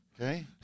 Okay